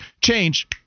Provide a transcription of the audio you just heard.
Change